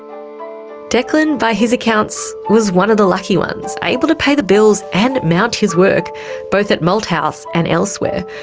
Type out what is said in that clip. declan, by his accounts, was one of the lucky ones able to pay the bills and mount his work both at malthouse and elsewhere.